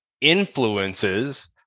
influences